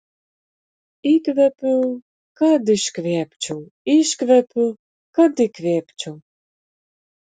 įkvepiu kad iškvėpčiau iškvepiu kad įkvėpčiau